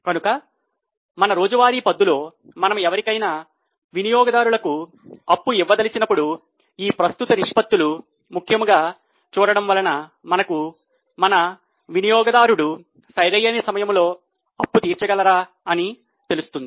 కనుక మన రోజువారి పద్దులో మనం ఎవరికైనా వినియోగదారులకు అప్పు ఇవ్వదలచినప్పుడు ఈ ప్రస్తుత నిష్పత్తులు ముఖ్యముగా చూడడం వలన మనకు మన వినియోగదారుడు సరైన సమయంలో అప్పు తీర్చ గలరా అని తెలుస్తుంది